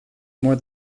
more